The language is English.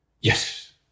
Yes